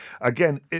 again